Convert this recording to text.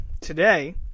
today